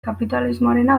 kapitalismoarena